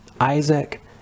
Isaac